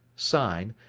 sign,